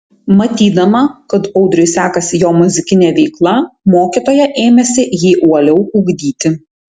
matydama kad audriui sekasi jo muzikinė veikla mokytoja ėmėsi jį uoliau ugdyti